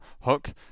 Hook